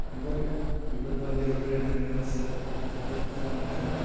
बिबार बारियाव बेरायनानै मानसिया जोबोद मोजां मोनो